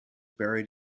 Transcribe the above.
buried